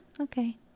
okay